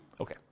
Okay